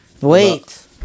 Wait